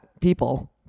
people